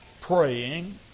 praying